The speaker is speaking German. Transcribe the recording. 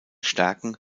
stärken